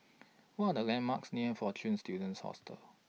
What Are The landmarks near Fortune Students Hostel